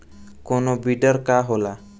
कोनो बिडर का होला?